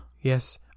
Yes